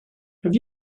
have